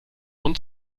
und